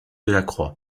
delacroix